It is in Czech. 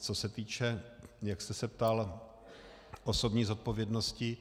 Co se týče, jak jste se ptal, osobní zodpovědnosti.